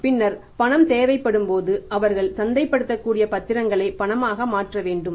பின்னர் பணம் தேவைப்படும்போது அவர்கள் சந்தைப்படுத்தக்கூடிய பத்திரங்களை பணமாக மாற்ற வேண்டும்